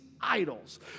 idols